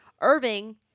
Irving